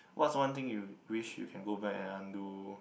what's one thing you wish you can go back and undo